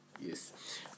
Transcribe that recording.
yes